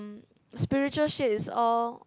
spiritual shit is all